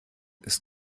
ist